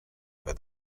where